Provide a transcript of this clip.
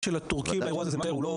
של הטורקים לאירוע הזה זה משהו אחר,